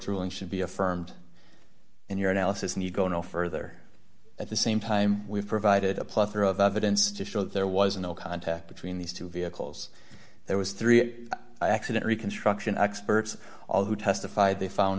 ruling should be affirmed in your analysis and you go no further at the same time we've provided a plethora of evidence to show that there was no contact between these two vehicles there was three accident reconstruction experts all who testified they found